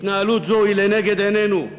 התנהלות זו היא לנגד עינינו,